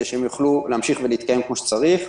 שהם יוכלו להמשיך ולהתקיים כמו שצריך.